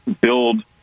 build